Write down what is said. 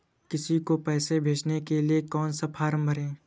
किसी को पैसे भेजने के लिए कौन सा फॉर्म भरें?